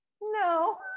No